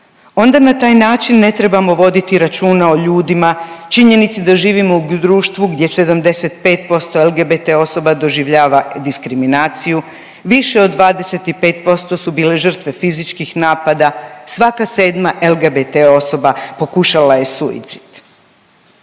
Onda na taj način ne trebamo voditi računa o ljudima, činjenici da živimo u društvu gdje 75% LGBT osoba doživljava diskriminaciju, više od 25% su bole žrtve fizičkih napada, svaka 7. LGBT osoba pokušala je suicid.